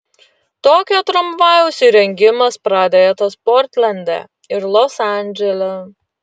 tokio tramvajaus įrengimas pradėtas portlende ir los andžele